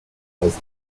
was